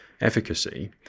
efficacy